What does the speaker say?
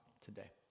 today